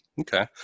Okay